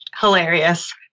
hilarious